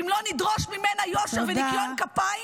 ואם לא נדרוש ממנה יושר וניקיון כפיים,